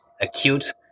acute